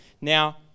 now